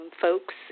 folks